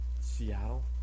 Seattle